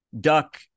Duck